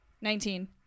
Nineteen